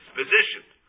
positioned